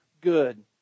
good